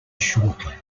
shortly